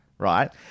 right